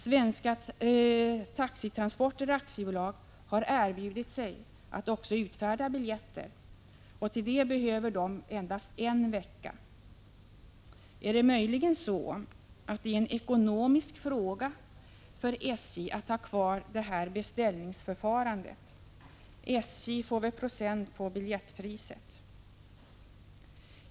Svenska Taxitransporter AB har erbjudit sig att också utfärda biljetter, och till det behöver de endast en vecka. Är det möjligen så, att det är en ekonomisk fråga för SJ att ha kvar det här beställningsförfarandet? SJ får väl procent på biljettpriset?